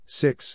six